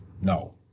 No